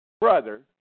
Brother